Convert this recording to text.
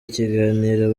ikiganiro